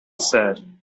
said